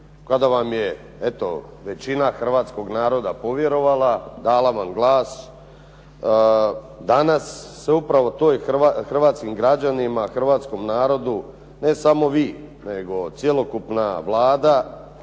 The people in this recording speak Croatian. kada vam je eto većina hrvatskog navoda povjerovala, dala vam glas. Danas se upravo hrvatskim građanima, hrvatskom narodu ne samo vi nego cjelokupna Vlada